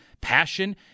passion